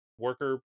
worker